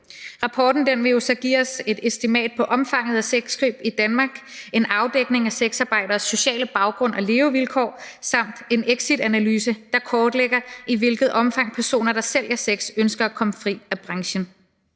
Rapporten vil jo så give os et estimat på omfanget af sexkøb i Danmark, en afdækning af sexarbejderes sociale baggrund og levevilkår samt en exitanalyse, der kortlægger, i hvilket omfang personer, der sælger sex, ønsker at komme fri af branchen.